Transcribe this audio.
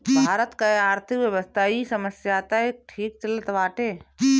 भारत कअ आर्थिक व्यवस्था इ समय तअ ठीक चलत बाटे